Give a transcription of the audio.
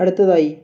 അടുത്തയായി